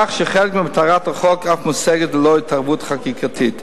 כך שחלק ממטרת החוק אף מושג ללא התערבות חקיקתית.